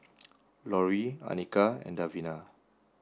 Lori Annika and Davina